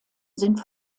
sind